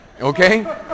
okay